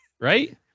Right